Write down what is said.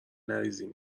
نریزیم